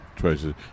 choices